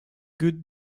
good